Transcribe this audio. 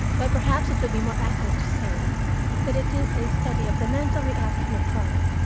but perhaps it would be more accurate to say that it is a study of the mental reaction of crime,